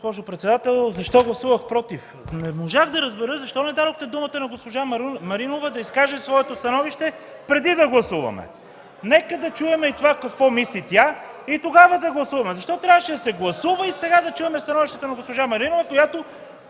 Защо гласувах „против”? Не можах да разбера защо не дадохте думата на госпожа Маринова да изкаже своето становище, преди да гласуваме?! (Шум и реплики от КБ и ДПС.) Нека да чуем какво мисли тя и тогава да гласуваме. Защо трябваше да се гласува и сега да чуем становището на госпожа Маринова, която,